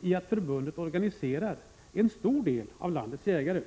i att förbundet organiserar en stor del av landets jägare.